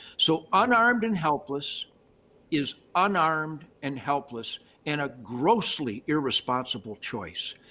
so unarmed and helpless is unarmed and helpless and a grossly irresponsible choice.